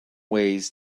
ways